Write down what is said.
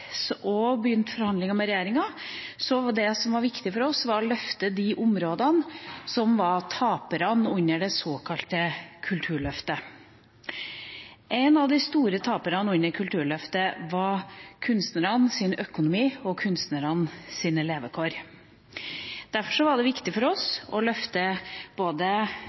og begynte forhandlingene med regjeringa, var det viktig for oss å løfte de områdene som var taperne under det såkalte Kulturløftet. Et felt som var en av de store taperne under Kulturløftet, var kunstnernes økonomi og kunstnernes levekår. Derfor var det viktig for oss å løfte både